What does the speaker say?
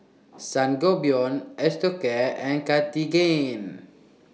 Sangobion Osteocare and Cartigain